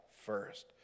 first